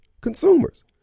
consumers